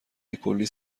بکلی